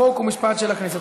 חוק ומשפט של הכנסת.